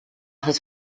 his